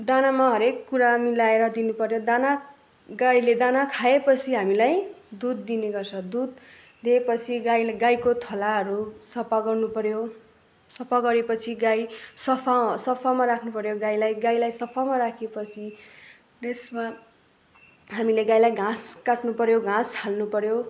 दानामा हरेक कुरा मिलाएर दिनुपर्यो दाना गाईले दाना खाएपछि हामीलाई दुध दिने गर्छ दुध दिएपछि गाई गाईको थलाहरू सफा गर्नुपर्यो सफा गरेपछि गाई सफा सफामा राख्नुपर्यो गाईलाई गाईलाई सफामा राखेपछि त्यसमा हामीले गाईलाई घाँस काटनुपर्यो घाँस हाल्नुपर्यो